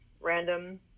random